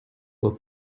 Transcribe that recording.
will